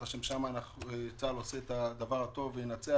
השם שם צה"ל עושה את הדבר הנכון וינצח,